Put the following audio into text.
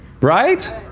Right